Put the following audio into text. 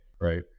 right